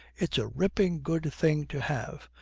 it's a ripping good thing to have.